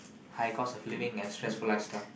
high cost of living and stressful lifestyle